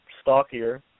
stockier